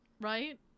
Right